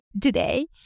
Today